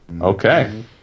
Okay